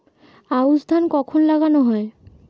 আউশ ধান কখন লাগানো হয়?